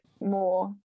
more